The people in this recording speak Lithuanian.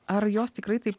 ar jos tikrai taip